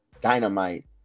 Dynamite